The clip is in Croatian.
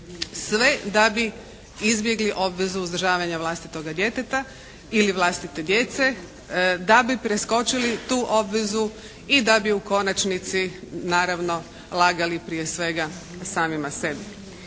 sve da bi izbjegli obvezu uzdržavanja vlastitoga djeteta ili vlastite djece, da bi preskočili tu obvezu i da bi u konačnici naravno lagali prije svega sami sebi.